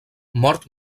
mort